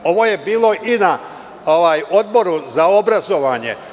Ovo je bilo i na Odboru za obrazovanje.